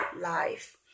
life